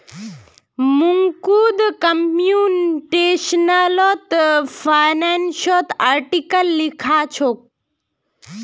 Mukund computational फिनांसत article लिखछोक